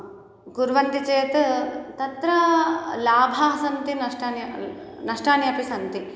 कुर्वन्ति चेत् तत्र लाभाः सन्ति नष्टानि नष्टानि अपि सन्ति